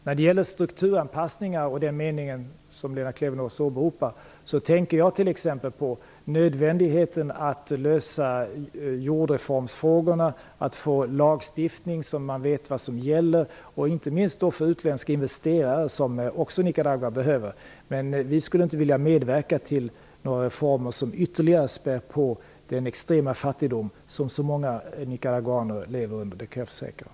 När det gäller strukturanpassningar och den mening i svaret som Lena Klevenås åberopar tänker jag t.ex. på nödvändigheten att lösa jordreformsfrågorna och att få en lagstiftning så att man vet vad som gäller - inte minst för utländska investerare, som Nicaragua också behöver. Vi skulle inte vilja medverka till reformer som ytterligare spär på den extrema fattigdom som så många nicaraguaner lever under. Det kan jag försäkra.